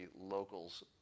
Locals